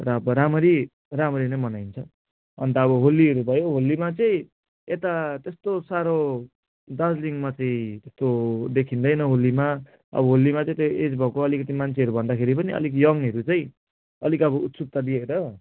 तर अब राम्ररी राम्ररी नै मनाइन्छ अन्त अब होलीहरू भयो होलीमा चाहिँ यता त्यस्तो साह्रो दार्जिलिङमा चाहिँ त्यो देखिँदैन होलीमा अब होलीमा चाहिँ त्यो एज भएको अलिकति मान्छेहरू भन्दाखेरि पनि अलिक यङहरू चाहिँ अलिक अब उत्सुकता दिएर